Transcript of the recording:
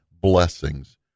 blessings